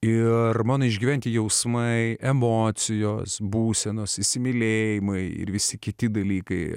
ir mano išgyventi jausmai emocijos būsenos įsimylėjimai ir visi kiti dalykai